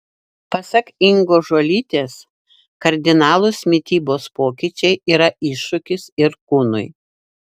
pasak ingos žuolytės kardinalūs mitybos pokyčiai yra iššūkis ir kūnui